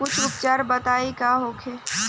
कुछ उपचार बताई का होखे?